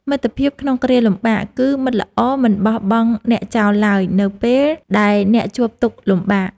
មិត្តភាពក្នុងគ្រាលំបាក គឺមិត្តល្អមិនបោះបង់អ្នកចោលឡើយ នៅពេលដែលអ្នកជួបទុក្ខលំបាក។